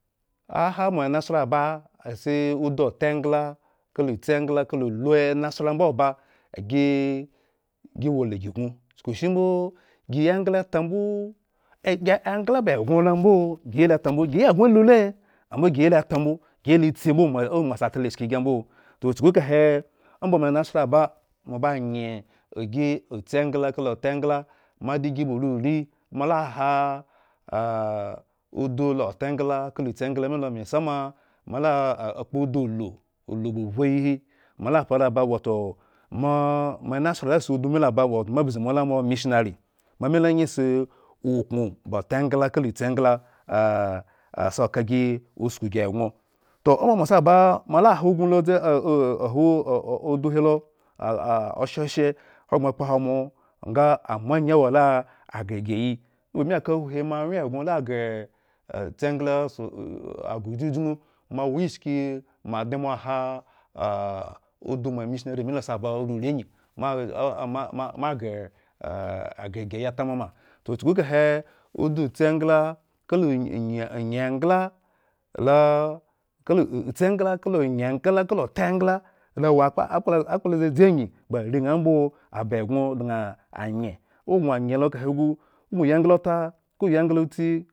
Ahan moanasla ba asi udu ota engla kala otsi engla kala ohu enasla mboba agi gi wo la egi uknu chukushimbo yĩ eyi egla ta mbo agi gi yii eg engla ba egŋo lo ambo gi yii lo eta mbo, agi yii egŋo lule ambo giyii lo eta mbo, toh chuku kahe. omba moanasla aba anye gibinuri moala ha. ah udu lo ota engla kala otsi engla asi ka gi usku gi egŋo. Toh omba moasi aba moala hadu aha ahee ohh udu hilo oshe hogbre kpo hwo amo ŋga amo angyi wo ala anghre igeyi, o ba bmi ka uhuhi moawyen. egŋo la ghere tsi engla sa ghre ujujgyun moawoishki moadimo aha ah udumo ami shonari milo se aba uriri angyi mo moaghere igeyi atamam toh chuku kahe udu otsi engla kala onyi ony onye engla lo kala otsi engla kala onye engla kala kala ota engla lo wo akpa akpa dzi agyi ba areŋha mbo aba egŋo dŋno onye lo kahe gu, ogŋo onye kahe gu, ogno yi engla ota ka oyi engla otsi